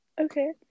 Okay